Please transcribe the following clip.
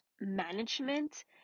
management